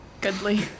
goodly